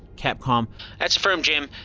capcom that's affirmed, jim.